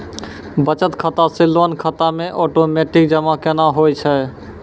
बचत खाता से लोन खाता मे ओटोमेटिक जमा केना होय छै?